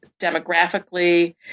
demographically